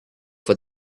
for